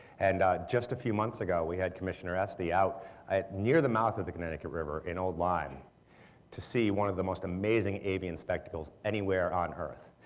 and just a few months ago we had commissioner esty out near the mouth of the connecticut river in old lyme to see one of the most amazing avian spectacles anywhere on earth.